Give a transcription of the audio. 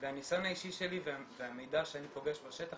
והניסיון האישי שלי והמידע שאני פוגש בשטח